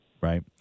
Right